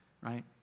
Right